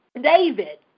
David